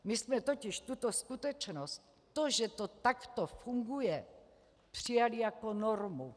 My jsme totiž tuto skutečnost, to, že to takto funguje, přijali jako normu.